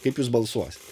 kaip jūs balsuosite